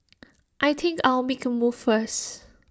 I think I'll make A move first